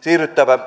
siirryttävä